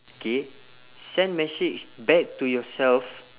K send message back to yourself